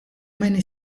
many